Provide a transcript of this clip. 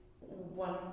one